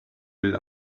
will